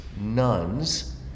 nuns